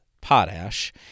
potash